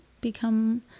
become